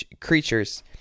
creatures